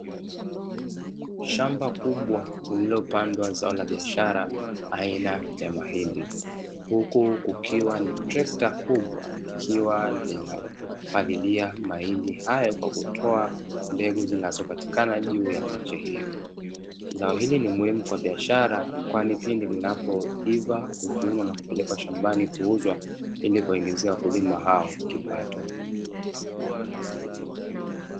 Shamba kubwa lililopandwa zao la biashra aina ya mahindi huku kukiwa na trekta kubwa likiwa linapalilia mahindi hayo kwa kutoa mbegu zinazipatika juu ya miche hiyo. Zao hili ni muhimu kwa biashara kwani pindi linapoiva huvunwa na kupelekwa shambani ili kuwaingizia wakulima hao kipato.